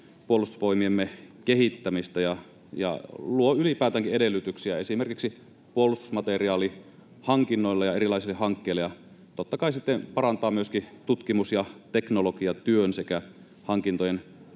puolustusvoimiemme kehittämistä ja luo ylipäätäänkin edellytyksiä esimerkiksi puolustusmateriaalihankinnoille ja erilaisille hankkeille ja totta kai siten parantaa myöskin tutkimus‑ ja teknologiatyön sekä hankintojen